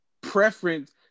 preference